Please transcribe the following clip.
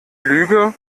lüge